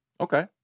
Okay